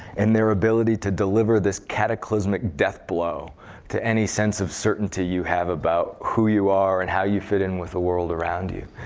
and their ability to deliver this cataclysmic death blow to any sense of certainty you have about who you are and how you fit in with the world around you.